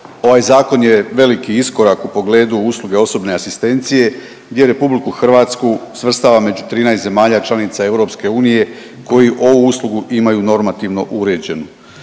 ovaj zakon je veliki iskorak u pogledu usluge osobne asistencije gdje Republiku Hrvatsku svrstava među 13 zemalja članica EU koji ovu uslugu imaju normativno uređenu.